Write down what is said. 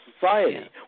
society